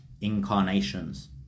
incarnations